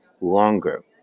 longer